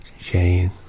Shane